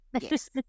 yes